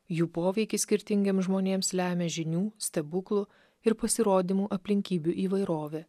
jų poveikis skirtingiem žmonėms lemia žinių stebuklų ir pasirodymų aplinkybių įvairovė